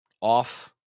off